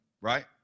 Right